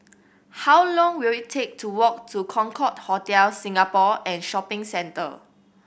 how long will it take to walk to Concorde Hotel Singapore and Shopping Centre